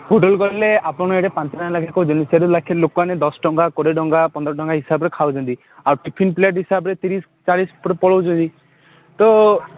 hotel କହିଲେ ଆପଣ ଏଠି ପାଞ୍ଚ ଦଶ ଟଙ୍କା କୋଡ଼ିଏ ଟଙ୍କା ପନ୍ଦର ଟଙ୍କା ହିସାବରେ ଖାଉଛନ୍ତି ଆଉ ଟିଫିନ୍ ପ୍ଲେଟ୍ ହିସାବରେ ତିରିଶି ଚାଳିଶି ଉପରେ ପଳାଉଛନ୍ତି ତ